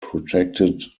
protected